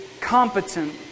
competent